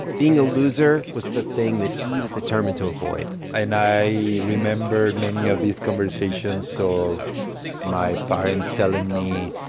being a loser was the thing that he was determined to avoid and i remembered many of these conversations so of my parents telling me,